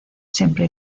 siempre